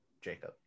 Jacob